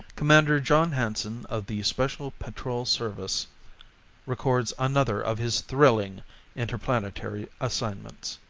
commander john hanson of the special patrol service records another of his thrilling interplanetary assignments.